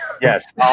Yes